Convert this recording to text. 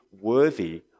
worthy